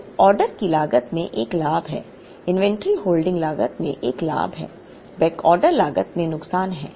तो ऑर्डर की लागत में एक लाभ है इन्वेंट्री होल्डिंग लागत में एक लाभ है बैकऑर्डर लागत में नुकसान है